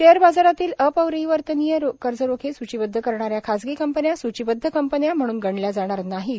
share बाजारातील अपरिवर्तनीय कर्जरोखे सूचिबद्ध करणाऱ्या खाजगी कंपन्या सूचिबद्ध कंपन्या म्हणून गणल्या जाणार नाहीत